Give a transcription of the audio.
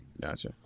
Gotcha